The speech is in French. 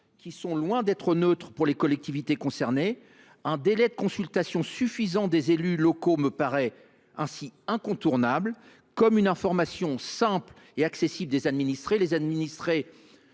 qui sont loin d’être neutres pour les collectivités concernées. Un délai de consultation suffisant des élus locaux me paraît donc indispensable, de même qu’une information simple et accessible des administrés. Par